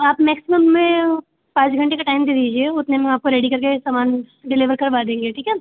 आप मैक्सिमम हमें पाँच घंटे का टाइम दे दीजिए उतने में आपको रेडी करके सामान डिलीवर करवा देंगे ठीक है